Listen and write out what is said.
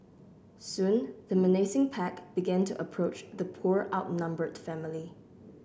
soon the menacing pack began to approach the poor outnumbered family